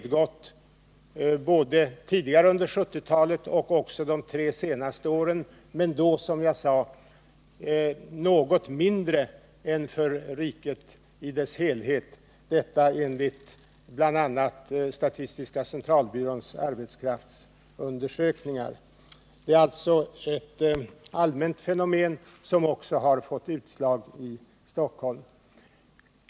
Det skedde både tidigare under 1970-talet, och det har skett under de tre senaste åren, men då, som jag sade tidigare, mindre än för riket i dess helhet. Detta framgår bl.a. av statistiska centralbyråns arbetskraftsundersökningar. Det är alltså ett allmänt fenomen som också har fått utslag i Stockholm.